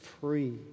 free